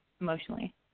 emotionally